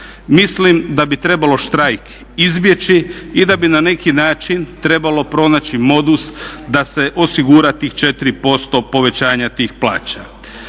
Mislim da bi trebalo štrajk izbjeći i da bi na neki način trebalo pronaći modus da se osigura tih 4% povećanja tih plaća.